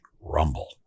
rumble